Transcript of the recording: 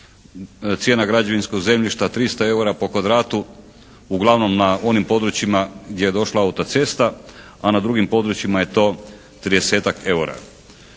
cijena građevinskog zemljišta 300 eura po kvadratu uglavnom na onim područjima gdje je došla autocesta, a na drugim područjima je to 30-ak eura.